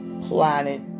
planet